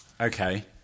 Okay